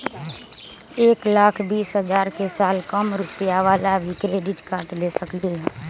एक लाख बीस हजार के साल कम रुपयावाला भी क्रेडिट कार्ड ले सकली ह?